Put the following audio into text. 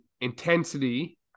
intensity